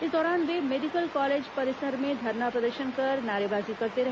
इस दौरान वे मेडिकल कॉलेज परिसर में धरना प्रदर्शन कर नारेबाजी करते रहे